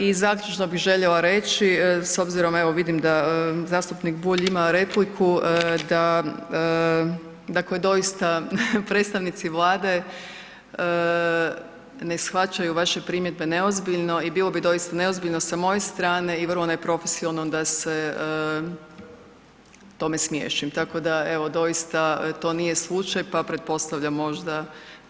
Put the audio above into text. I zaključno bih željela reći s obzirom evo vidim da zastupnik Bulj ima repliku, da doista predstavnici Vlade ne shvaćaju vaše primjedbe neozbiljno i bilo bi doista neozbiljno sa moje strane i vrlo neprofesionalno da se tome smiješim, tako da evo doista to nije slučaj pa pretpostavljam možda da ste i krivo vidjeli.